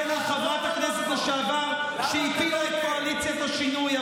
אני לא צריך להגן על חברת הכנסת לשעבר שהפילה את קואליציית השינוי,